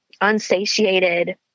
unsatiated